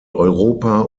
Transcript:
europa